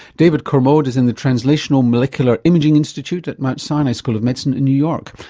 david cormode is in the translational molecular imaging institute at mount sinai school of medicine in new york.